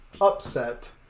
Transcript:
upset